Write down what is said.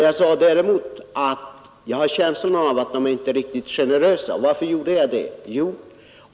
Jag sade däremot att jag har känslan av att de inte är riktigt generösa. Varför gjorde jag det?